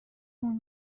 اون